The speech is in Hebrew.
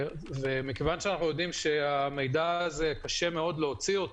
מכיוון שאנחנו יודעים שאת המידע הזה קשה מאוד להוציא,